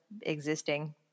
existing